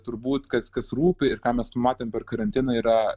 turbūt kas kas rūpi ir ką mes matėm per karantiną yra